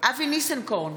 אבי ניסנקורן,